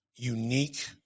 unique